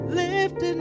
lifted